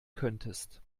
könntest